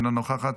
אינה נוכחת,